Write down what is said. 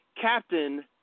Captain